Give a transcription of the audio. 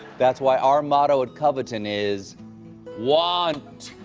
that is why our motto at coveton is want.